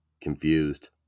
confused